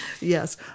Yes